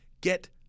Get